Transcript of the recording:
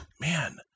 man